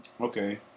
Okay